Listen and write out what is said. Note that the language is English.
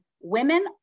Women